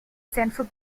central